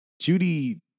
Judy